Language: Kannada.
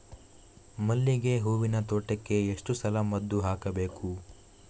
ಮಲ್ಲಿಗೆ ಹೂವಿನ ತೋಟಕ್ಕೆ ಎಷ್ಟು ಸಲ ಮದ್ದು ಹಾಕಬೇಕು?